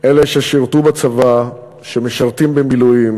אלה ששירתו בצבא, שמשרתים במילואים,